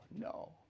no